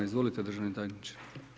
Izvolite državni tajniče.